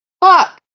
Fuck